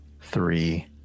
three